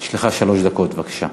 יש לך שלוש דקות, בבקשה.